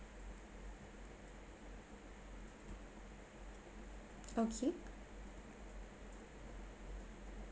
okay